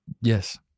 Yes